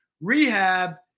rehab